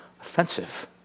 offensive